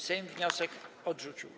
Sejm wniosek odrzucił.